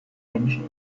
menschen